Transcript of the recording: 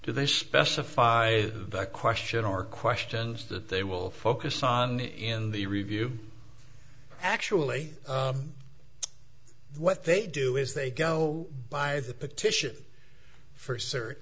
do they specify a question or questions that they will focus on in the review actually what they do is they go by the petition for